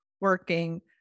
working